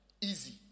easy